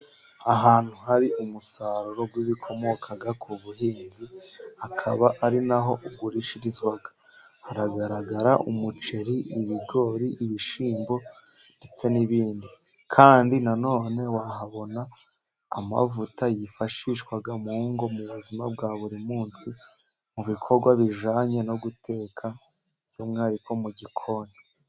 Ahantu hari umusaruro w'ibikomoka ku buhinzi, hakaba ari naho ugurishirizwa. Haragaragara umuceri, ibigori, ibishyimbo, ndetse n'ibindi, kandi nanone wahabona amavuta yifashishwa mu ngo mu buzima bwa buri munsi mu bikorwa bijyananye no guteka, by'umwihariko mu gikoni.